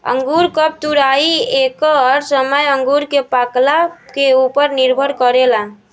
अंगूर कब तुराई एकर समय अंगूर के पाकला के उपर निर्भर करेला